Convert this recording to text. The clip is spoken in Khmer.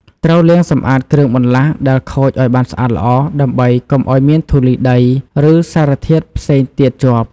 ត្រូវលាងសម្អាតគ្រឿងបន្លាស់ដែលខូចឲ្យបានស្អាតល្អ ដើម្បីកុំឲ្យមានធូលីដី ឬសារធាតុផ្សេងទៀតជាប់។